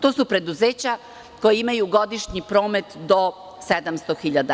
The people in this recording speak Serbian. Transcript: To su preduzeća koja imaju godišnji promet do 700.000 evra.